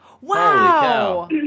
Wow